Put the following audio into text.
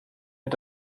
mit